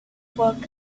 worked